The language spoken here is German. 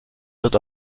wird